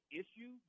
issue